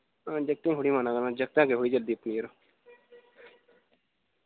हां जाकतें थोह्ड़ी मना करना जाकतें अग्गै थोह्ड़ी चलदी अपनी यरो